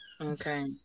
Okay